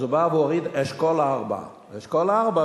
אז הוא בא והוריד אשכול 4. אשכול 4,